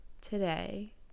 today